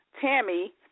Tammy